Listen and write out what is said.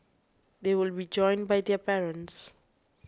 they will be joined by their parents